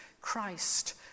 Christ